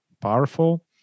powerful